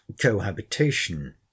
cohabitation